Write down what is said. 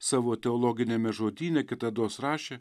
savo teologiniame žodyne kitados rašė